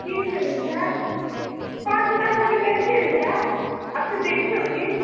ठीक है भैया पाँच लाख वाली कैसी है भैया आप तो देखे होंगे